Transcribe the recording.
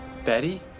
Betty